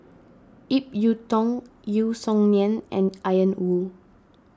Ip Yiu Tung Yeo Song Nian and Ian Woo